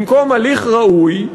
במקום הליך ראוי,